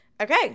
Okay